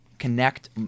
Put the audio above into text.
connect